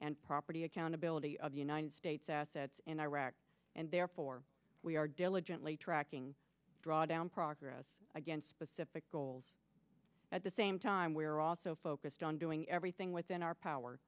and property accountability of the united states assets in iraq and therefore we are diligently tracking draw down progress against specific goals at the same time we are also focused on doing everything within our power